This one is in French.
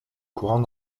courant